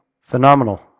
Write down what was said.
Phenomenal